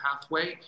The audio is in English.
pathway